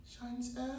shines